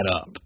up